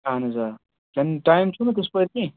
اہن حظ آ کِنہٕ ٹایِم چھُنہٕ حظ تِتھٕ پٲٹھۍ کیٚنٛہہ